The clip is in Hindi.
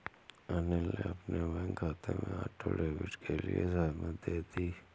अनिल ने अपने बैंक खाते में ऑटो डेबिट के लिए सहमति दे दी